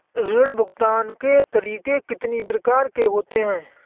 ऋण भुगतान के तरीके कितनी प्रकार के होते हैं?